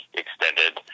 extended